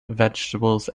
vegetables